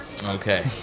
Okay